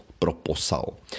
proposal